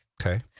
Okay